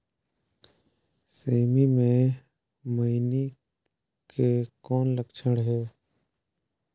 सेमी मे मईनी के कौन लक्षण हे?